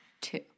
two